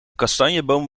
kastanjeboom